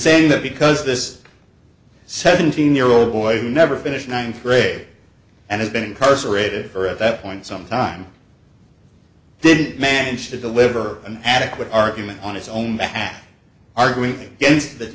saying that because this seventeen year old boy who never finished ninth grade and has been incarcerated for at that point some time didn't manage to deliver an adequate argument on his own behalf arguing against th